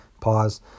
Pause